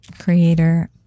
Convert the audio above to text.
creator